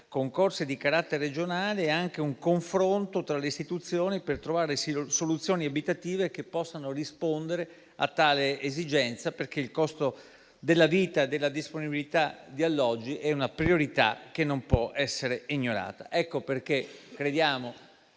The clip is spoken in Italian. concorsi di carattere regionale e anche un confronto tra le istituzioni per trovare soluzioni abitative che possano rispondere a tale esigenza, perché il costo della vita e la disponibilità di alloggi è una priorità che non può essere ignorata. Per tali ragioni